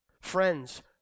Friends